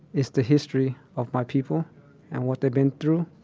is the history of my people and what they've been through.